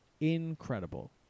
Incredible